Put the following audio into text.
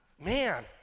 Man